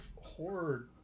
horror